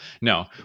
No